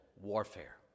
warfare